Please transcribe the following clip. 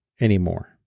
anymore